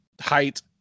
height